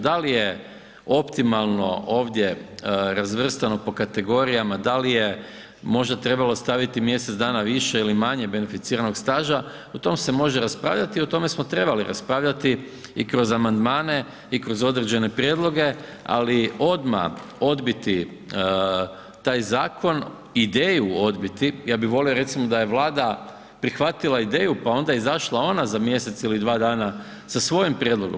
Da li je optimalno ovdje razvrstano po kategorijama, da li je možda trebalo staviti mjesec dana više ili manje beneficiranog staža, o tom se može raspravljati i o tome smo trebali raspravljati i kroz amandmane i kroz određene prijedloge, ali odma odbiti taj zakon, ideju odbiti, ja bi volio recimo da je Vlada prihvatila ideju pa onda izašla ona za mjesec ili dva dana sa svojim prijedlogom.